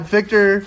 Victor